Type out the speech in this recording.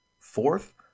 Fourth